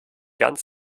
ganz